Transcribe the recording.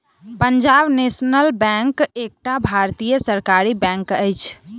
Punjab national bank एकटा भारतीय सरकारी बैंक अछि